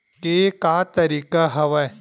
के का तरीका हवय?